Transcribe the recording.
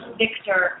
victor